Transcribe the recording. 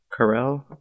Carell